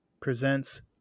presents